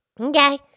Okay